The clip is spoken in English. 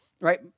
right